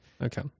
Okay